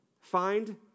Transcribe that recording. find